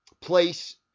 place